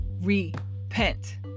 repent